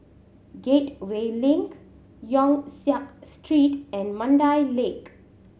Gateway Link Yong Siak Street and Mandai Lake